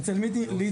אצל מי להתארח.